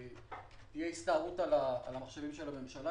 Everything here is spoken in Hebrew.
תהיה הסתערות על מחשבי הממשלה,